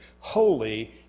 Holy